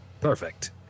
perfect